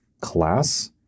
class